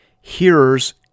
hearers